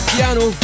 piano